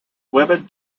women